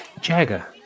Jagger